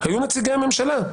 היו נציגי הממשלה.